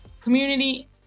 community